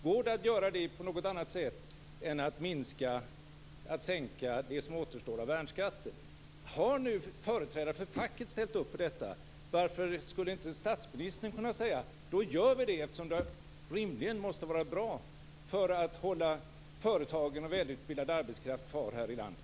Går det att göra det på något annat sätt än genom att sänka det som återstår av värnskatten? Har nu företrädare för facket ställt upp på detta, varför skulle då inte statsministern kunna säga: Då gör vi det, eftersom det rimligen måste vara bra för att hålla företagen och välutbildad arbetskraft kvar här i landet.